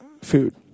food